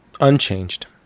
unchanged